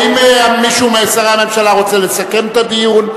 האם מישהו משרי הממשלה רוצה לסכם את הדיון?